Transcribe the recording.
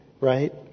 right